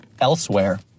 elsewhere